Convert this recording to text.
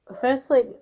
firstly